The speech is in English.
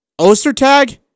Ostertag